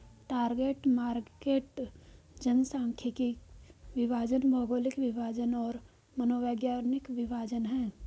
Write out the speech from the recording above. target market जनसांख्यिकीय विभाजन, भौगोलिक विभाजन और मनोवैज्ञानिक विभाजन हैं